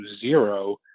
zero